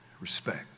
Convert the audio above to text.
respect